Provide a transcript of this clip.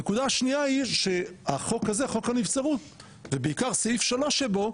הנקודה השנייה היא שהחוק הזה חוק הנבצרות ובעיקר סעיף 3 שבו,